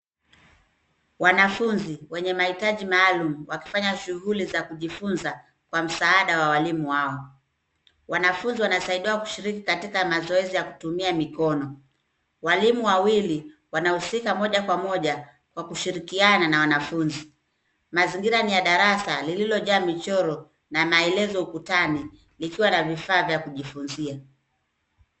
Wanafunzi wenye mahitaji maalum wakifanya shughuli za kujifunza kwa msaada wa walimu wao. Wanafunzi wanasaidiwa kushiriki katika mazoezi ya kutumia mikono. Walimu wawili wanahusika moja kwa moja kwa kushirikiana na wanafunzi. Mazingira ni ya darasa lililojaa michoro na maelezo ukutani likiwa na vifaa vya kujifunzia.